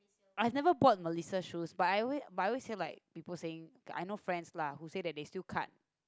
I have never bought Melissa shoes but I alwa~ I always hear like people saying I know friend lah who said that they still cut